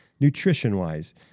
Nutrition-wise